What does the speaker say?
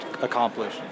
accomplish